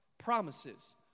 Promises